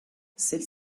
celle